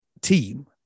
team